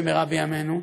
במהרה בימינו,